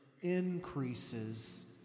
increases